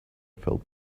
felt